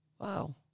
wow